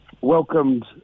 welcomed